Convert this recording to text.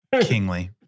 kingly